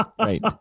Right